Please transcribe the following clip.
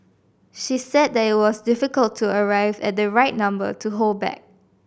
she said that it was difficult to arrive at the right number to hold back